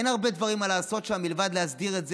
אין הרבה דברים לעשות שם מלבד להסדיר את זה,